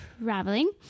traveling